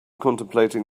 contemplating